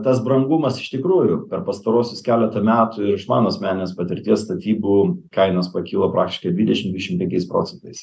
tas brangumas iš tikrųjų per pastaruosius keletą metų ir iš mano asmeninės patirties statybų kainos pakilo praktiškai dvidešim penkiais procentais